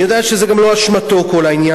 אני יודע שזה גם לא אשמתו כל העניין,